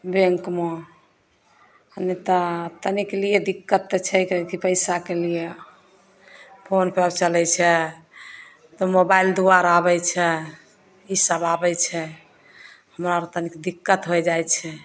बैँकमे आओर नहि तऽ तनिक लिए दिक्कत तऽ छै किएकि पइसाके लिए फोन पे चलै छै तऽ मोबाइल द्वारा आबै छै ईसब आबै छै हमरा आओर तनिक दिक्कत होइ जाइ छै